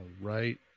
right